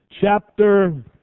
chapter